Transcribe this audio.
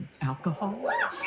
alcohol